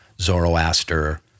Zoroaster